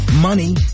money